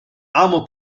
amo